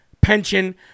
pension